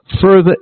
further